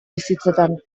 bizitzetan